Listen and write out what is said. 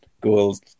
goals